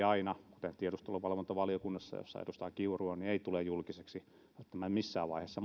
aina kuten tiedusteluvalvontavaliokunnassa jossa edustaja kiuru on siellä eivät tule julkisiksi välttämättä missään vaiheessa